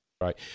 right